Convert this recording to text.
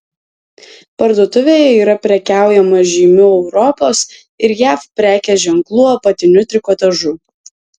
parduotuvėje yra prekiaujama žymių europos ir jav prekės ženklų apatiniu trikotažu